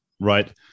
Right